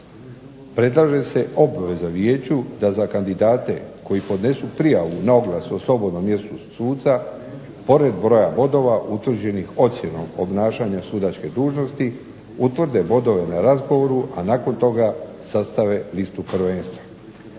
Predlaže se obveza vijeću da za kandidate koji podnesu prijavu na oglas o slobodnom mjestu suca pored broja bodova utvrđenih ocjenom obnašanja sudačke dužnosti utvrde bodove na razgovoru, a nakon toga sastave listu prvenstva.